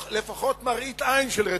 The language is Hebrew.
לפחות מתוך מראית עין של רצינות.